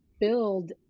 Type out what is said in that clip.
build